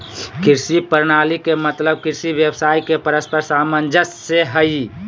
कृषि प्रणाली के मतलब कृषि व्यवसाय के परस्पर सामंजस्य से हइ